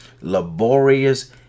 laborious